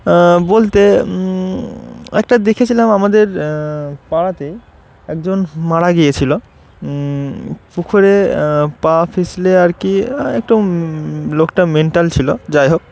বলতে একটা দেখেছিলাম আমাদের পাড়াতেই একজন মারা গিয়েছিলো পুকুরে পা পিছলে আর কি একটু লোকটা মেন্টাল ছিল যাই হোক